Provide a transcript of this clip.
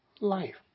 life